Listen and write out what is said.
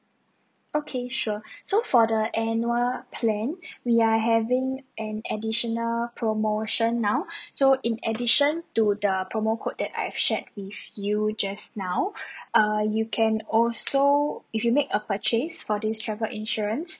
okay sure so for the annual plan we are having an additional promotion now so in addition to the promo code that I've shared with you just now err you can also if you make a purchase for this travel insurance